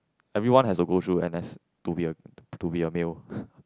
everyone has to go through n_s to be a to be a male